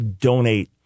Donate